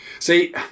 See